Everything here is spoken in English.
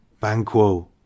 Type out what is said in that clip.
Banquo